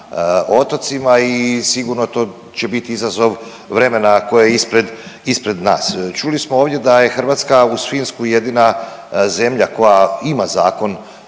otocima i sigurno će to bit izazov vremena koje je ispred nas. Čuli smo ovdje da je Hrvatska uz Finsku jedina zemlja koja ima Zakon